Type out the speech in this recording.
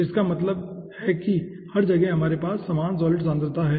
तो इसका मतलब है कि हर जगह हमारे पास समान सॉलिड सांद्रता है